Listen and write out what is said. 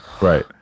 right